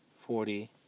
forty